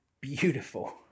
beautiful